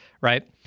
right